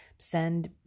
send